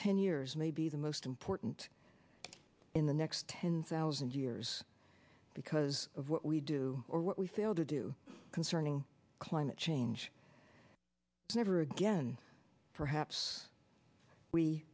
ten years may be the most important in the next ten thousand years because of what we do or what we fail to do concerning climate change never again perhaps we